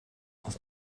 aus